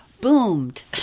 boomed